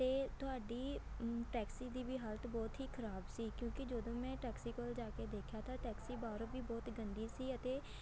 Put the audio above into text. ਅਤੇ ਤੁਹਾਡੀ ਟੈਕਸੀ ਦੀ ਵੀ ਹਾਲਤ ਬਹੁਤ ਹੀ ਖਰਾਬ ਸੀ ਕਿਉਂਕਿ ਜਦੋਂ ਮੈਂ ਟੈਕਸੀ ਕੋਲ ਜਾ ਕੇ ਦੇਖਿਆ ਤਾਂ ਟੈਕਸੀ ਬਾਹਰੋਂ ਵੀ ਬਹੁਤ ਗੰਦੀ ਸੀ ਅਤੇ